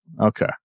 Okay